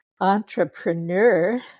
Entrepreneur